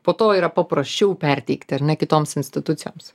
po to yra paprasčiau perteikti ar ne kitoms institucijoms